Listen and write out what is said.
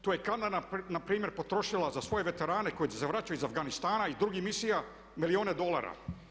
To je Kanada npr. potrošila za svoje veterane koji se vraćaju iz Afganistana i drugih misija milijune dolara.